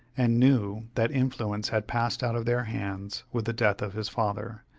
and knew that influence had passed out of their hands with the death of his father,